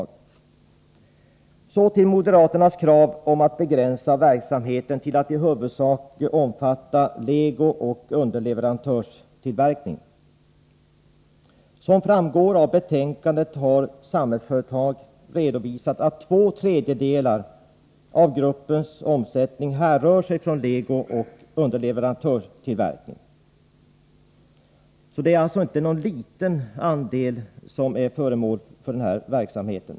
Jag övergår så till moderaternas krav om att begränsa verksamheten till att i huvudsak omfatta legooch underleverantörstillverkning. Som framgår av betänkandet har Samhällsföretag redovisat att två tredjedelar av gruppens omsättning härrör från legooch underleverantörstillverkning. Denna verksamhet utgör alltså inte någon liten andel.